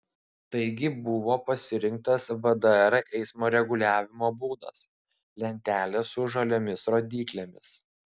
taigi buvo pasirinktas vdr eismo reguliavimo būdas lentelės su žaliomis rodyklėmis